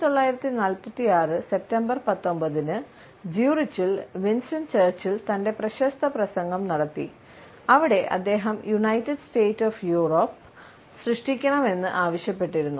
1946 September 19 ന് സൂറിച്ചിൽ സൃഷ്ടിക്കണമെന്ന് ആവശ്യപ്പെട്ടിരുന്നു